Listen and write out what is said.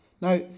Now